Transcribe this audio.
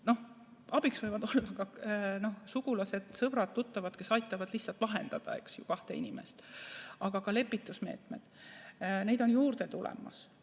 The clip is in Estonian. Abiks võivad olla sugulased, sõbrad, tuttavad, kes aitavad lihtsalt vahendada kahte inimest. Aga ka lepitusmeetmeid on juurde tulemas.